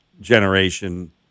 generation